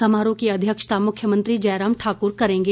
समारोह की अध्यक्षता मुख्यमंत्री जयराम ठाक्र करेंगे